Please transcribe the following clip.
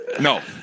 No